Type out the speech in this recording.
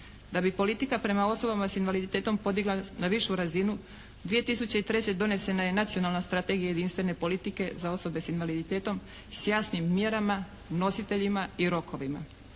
Da bi politika prema osoba s invaliditetom podigla na višu razinu 2003. donesena je nacionalna strategija jedinstvene politike za osobe s invaliditetom s jasnim mjerama, nositeljima i rokovima.